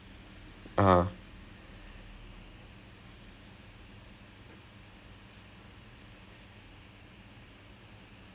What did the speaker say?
அதை படிக்கிறதுக்கு முன்னாடி:athai padikirathukku munaadi and then I remember I would like pass and do well in all the physics stuff then biology இது வந்தவுடனே:ithu vanthavudane I will just like shutdown fail